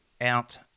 out